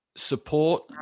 support